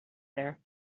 there